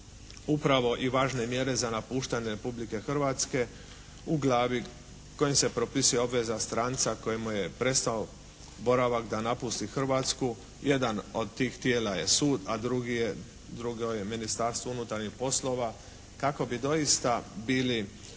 upravo i važne mjere za napuštanje Republike Hrvatske u glavi u kojoj se propisuje obveza stranca kojemu je prestao boravak da napusti Hrvatsku. Jedan od tih tijela je sud, a drugo je Ministarstvo unutarnjih poslova kako bi doista bili